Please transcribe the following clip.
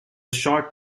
short